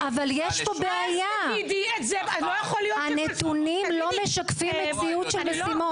יש פה בעיה, הנתונים לא משקפים מציאות של משימות.